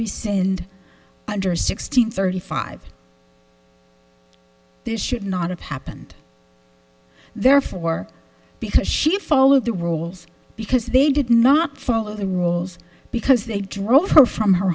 rescind under sixteen thirty five this should not have happened therefore because she followed the rules because they did not follow the rules because they drove her from her